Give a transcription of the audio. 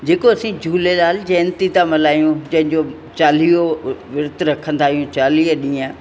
जेको असां झूलेलाल जयंती ता मल्हायूं जंहिंजो चालीहो वृत रखंदा आहियूं चालीह ॾींहं